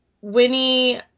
Winnie